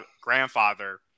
grandfather